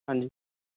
ਹਾਂਜੀ